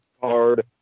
card